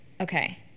Okay